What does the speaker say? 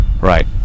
Right